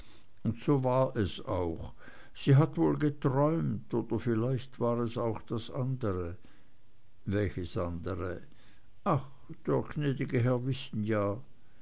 und so war es auch sie hat wohl geträumt aber vielleicht war es auch das andere welches andere ach der gnäd'ge herr wissen ja